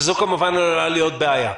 שזו כמובן עלולה להיות בעיה.